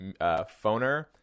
phoner